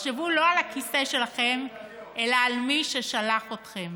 תחשבו לא על הכיסא שלכם אלא על מי ששלח אתכם.